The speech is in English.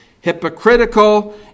hypocritical